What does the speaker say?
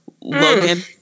Logan